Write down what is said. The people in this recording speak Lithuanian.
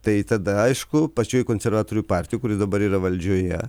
tai tada aišku pačioj konservatorių partijoj kuri dabar yra valdžioje